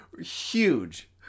huge